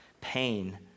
pain